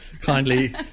kindly